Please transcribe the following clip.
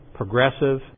progressive